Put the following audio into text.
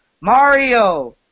Mario